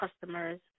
customers